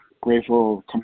Grateful